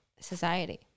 society